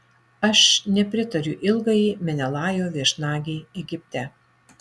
aš nepritariu ilgai menelajo viešnagei egipte